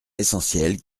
essentiel